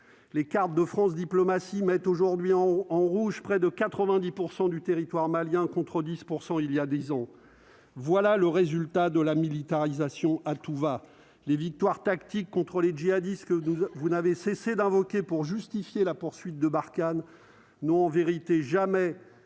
les cartes de France Diplomatie mettent aujourd'hui en en rouge, près de 90 % du territoire malien contre 10 % il y a 10 ans, voilà le résultat de la militarisation à tout va les victoires tactiques contre les jihadistes que vous n'avez cessé d'invoquer pour justifier la poursuite de Barkhane non, en vérité jamais